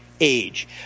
age